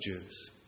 Jews